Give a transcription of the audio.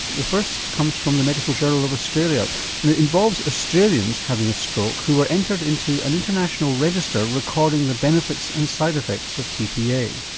the first comes from the medical journal of australia and it involves australians having a stroke who were entered into an international register recording the benefits and side effects of tpa.